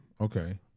Okay